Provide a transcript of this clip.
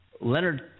Leonard